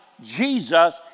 Jesus